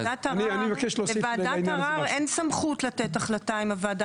לוועדת ערר אין סמכות לתת החלטה אם הוועדה